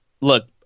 look